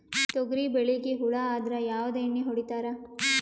ತೊಗರಿಬೇಳಿಗಿ ಹುಳ ಆದರ ಯಾವದ ಎಣ್ಣಿ ಹೊಡಿತ್ತಾರ?